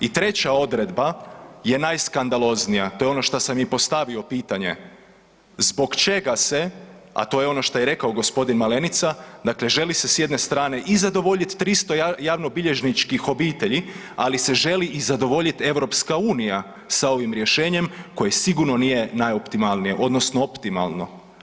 I treća odredba je najskandaloznija to je ono šta sam i postavio pitanje, čega se, a to je ono šta je i rekao gospodin Malenica, dakle želi se s jedne strane i zadovoljit 300 javnobilježničkih obitelji, ali se želi i zadovoljiti EU sa ovim rješenjem koje sigurno nije najoptimalnije odnosno optimalno.